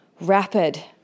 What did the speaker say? rapid